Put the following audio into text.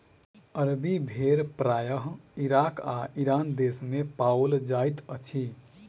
अरबी भेड़ प्रायः इराक आ ईरान देस मे पाओल जाइत अछि